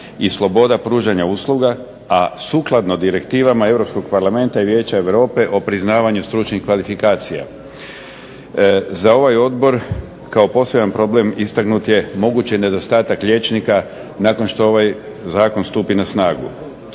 i sloboda pružanja usluga, a sukladno direktivama Europskog Parlamenta i Vijeća Europe o priznavanju stručnih kvalifikacija. Za ovaj odbor kao poseban problem istaknut je mogući nedostatak liječnika nakon što ovaj zakon stupi na snagu.